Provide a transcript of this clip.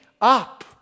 up